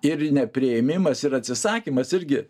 ir nepriėmimas ir atsisakymas irgi